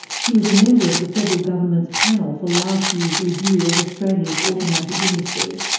she was a member of the federal government's panel for last year's review of australia's automotive industry.